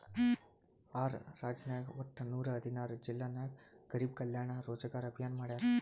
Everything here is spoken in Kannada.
ಆರ್ ರಾಜ್ಯನಾಗ್ ವಟ್ಟ ನೂರಾ ಹದಿನಾರ್ ಜಿಲ್ಲಾ ನಾಗ್ ಗರಿಬ್ ಕಲ್ಯಾಣ ರೋಜಗಾರ್ ಅಭಿಯಾನ್ ಮಾಡ್ಯಾರ್